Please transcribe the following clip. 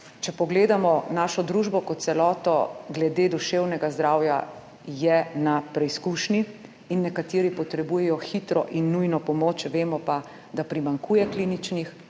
če pogledamo našo družbo kot celoto glede duševnega zdravja, je na preizkušnji in nekateri potrebujejo hitro in nujno pomoč. Vemo pa, da primanjkuje kliničnih